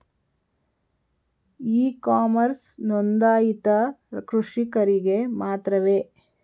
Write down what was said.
E commerce ನೊಂದಾಯಿತ ಕೃಷಿಕರಿಗೆ ಮಾತ್ರವೇ?